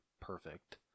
perfect